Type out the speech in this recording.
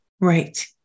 Right